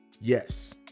Yes